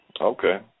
Okay